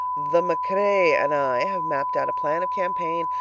the macrae and i have mapped out a plan of campaign,